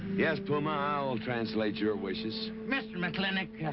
yes, puma, i'll translate your wishes. mr. mclintock, ah.